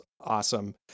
awesome